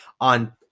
on